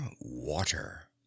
Water